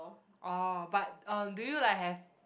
oh but uh do you like have